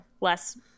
less